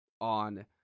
on